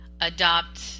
adopt